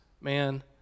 man